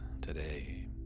today